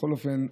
בכל אופן,